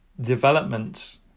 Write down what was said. development